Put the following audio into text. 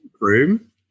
Room